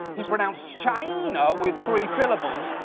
he pronounced china with three syllables,